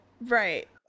Right